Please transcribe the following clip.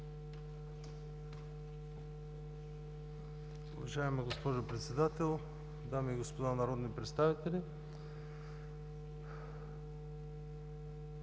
Уважаема госпожо Председател, дами и господа народни представители!